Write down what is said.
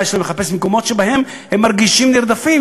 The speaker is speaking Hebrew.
מה יש להם לחפש במקומות שבהם הם מרגישים נרדפים?